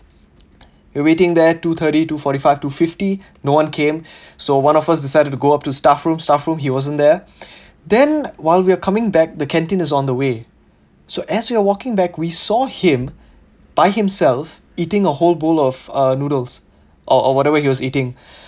we're waiting there two thirty two forty five two fifty no one came so one of us decided to go up to staff room staff room he wasn't there then while we are coming back the canteen is on the way so as we are walking back we saw him by himself eating a whole bowl of uh noodles or or whatever he was eating